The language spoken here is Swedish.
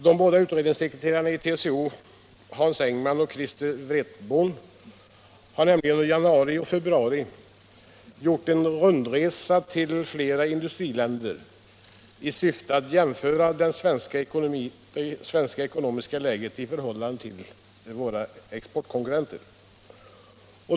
De båda utredningssekreterarna i TCO, Hans Engman och Christer Wretborn, har nämligen under januari och februari gjort en rundresa till flera industriländer i syfte att jämföra det svenska ekonomiska läget med våra exportkonkurrenters.